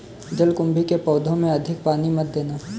जलकुंभी के पौधों में अधिक पानी मत देना